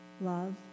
Love